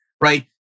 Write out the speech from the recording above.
right